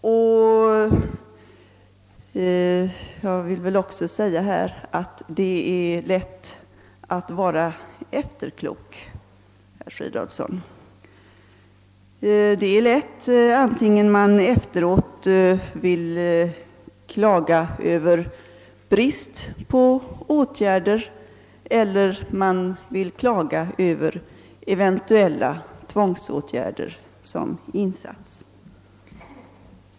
Jag vill också säga till herr Fridolfsson att det är lätt att vara efterklok, oavsett om man efteråt vill klaga antingen över brist på åtgärder eller över eventuella tvångsåtgärder som insatts.